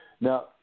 Now